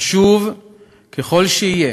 חשוב ככל שיהיה,